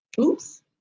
Oops